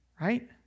Right